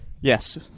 Yes